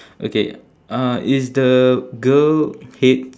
okay uh is the girl head